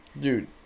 dude